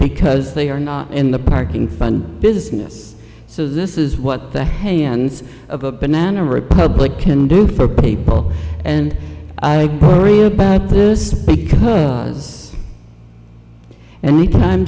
because they are not in the parking fund business so this is what the hands of a banana republic can do for people and i worry about this because an